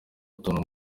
utuntu